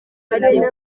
hagiye